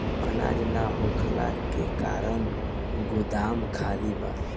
अनाज ना होखला के कारण गोदाम खाली बा